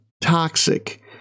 toxic